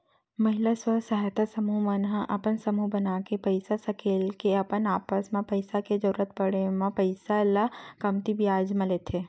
महिला स्व सहायता समूह मन ह अपन समूह बनाके पइसा सकेल के अपन आपस म पइसा के जरुरत पड़े म पइसा ल कमती बियाज म लेथे